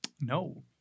No